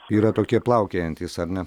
yra tokie plaukiojantys ar ne